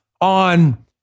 on